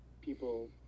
people